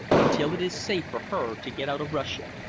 until it is safe for her to get out of russia.